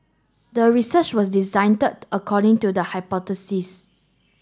the research was design according to the hypothesis